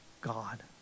God